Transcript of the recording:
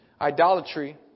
idolatry